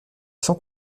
sans